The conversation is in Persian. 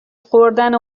خوردن